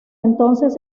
entonces